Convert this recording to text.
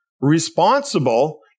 responsible